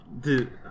dude